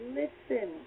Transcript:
listen